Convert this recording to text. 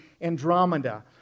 Andromeda